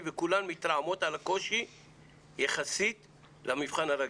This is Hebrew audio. וכולן מתרעמות על הקושי יחסית למבחן הרגיל,